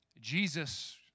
Jesus